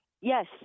Yes